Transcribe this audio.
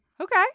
Okay